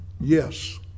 Yes